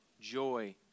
joy